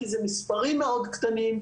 כי זה מספרים מאוד קטנים,